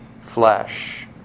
flesh